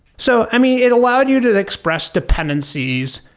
so i mean, it allowed you to express dependencies.